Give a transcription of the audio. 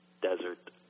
desert